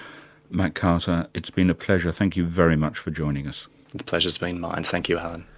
matt carter, it's been a pleasure, thank you very much for joining us. the pleasure's been mine, thank you, alan.